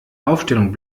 aufstellung